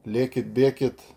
lėkit bėkit